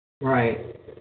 Right